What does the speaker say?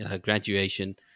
graduation